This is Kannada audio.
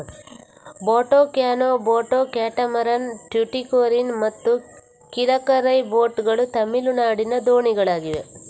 boat canoe, boat catamaran, Tuticorin ಮತ್ತು ಕಿಲಕರೈ ಬೋಟ್ ಗಳು ತಮಿಳುನಾಡಿನ ದೋಣಿಗಳಾಗಿವೆ